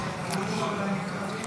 נתקבלה.